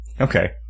Okay